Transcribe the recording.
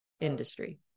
industry